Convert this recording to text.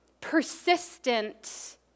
persistent